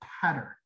pattern